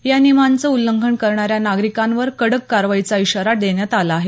या नियमाचे उल्लंघन करणाऱ्या नागरिकांवर कडक कार्यवाहीचा इशारा देण्यात आला आहे